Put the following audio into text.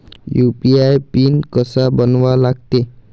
UPI pin कसा बनवा लागते?